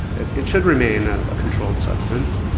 and it should remain a controlled substance.